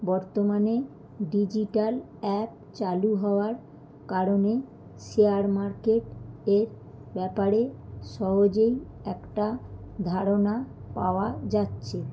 বর্তমানে digital app চালু হওয়ার কারণে শেয়ার মার্কেটের ব্যাপারে সহজেই একটা ধারণা পাওয়া যাচ্ছে